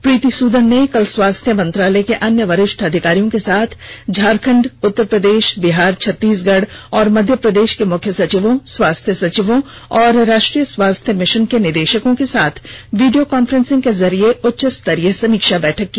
प्रीति सुदन ने कल स्वास्थ मंत्रालय के अन्य वरिष्ठ अधिकारियों के साथ झारखण्ड उत्तर प्रदेश बिहार छत्तीसगढ़ और मध्य प्रदेश के मुख्य सचिवों स्वास्थ्य सचिवों और राष्ट्रीय स्वास्थ्य मिशन के निदेशकों के साथ वीडियो कांफ्रेंसिंग के जरिए उच्चस्तरीय समीक्षा बैठक की